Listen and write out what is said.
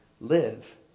live